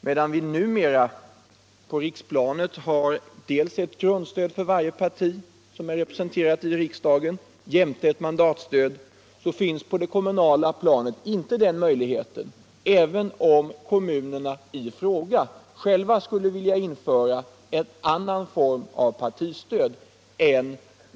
Medan vi numera på riks planet har dels ett grundstöd för varje parti som är representerat i riksdagen, dels ett mandatstöd, finns på det kommunala planet inte den möjligheten, även om kommunerna själva skulle vilja införa denna form av partistöd.